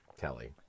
Kelly